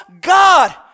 God